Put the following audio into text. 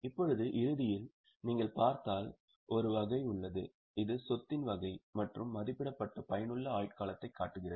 இப்போது இறுதியில் நீங்கள் பார்த்தால் ஒரு வகை உள்ளது இது சொத்தின் வகை மற்றும் மதிப்பிடப்பட்ட பயனுள்ள ஆயுட்காலத்தை காட்டுகிறது